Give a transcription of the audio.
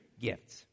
gifts